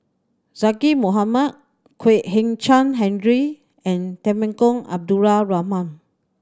Zaqy Mohamad Kwek Hian Chuan Henry and Temenggong Abdul Rahman